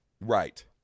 Right